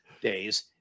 days